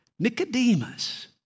Nicodemus